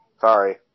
Sorry